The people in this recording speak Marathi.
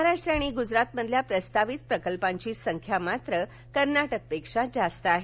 महाराष्ट्र आणि गुजरात मधल्या प्रस्तावित प्रकल्पांची संख्या मात्र कर्नाटक पेक्षा जास्त आहे